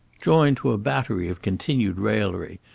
joined to a battery of continued raillery,